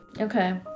Okay